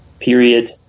period